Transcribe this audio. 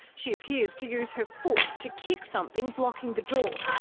she appears to use her foot to kick something blocking the door.